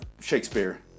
Shakespeare